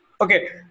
Okay